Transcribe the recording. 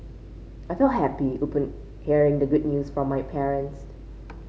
I felt happy upon hearing the good news from my parents